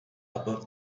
above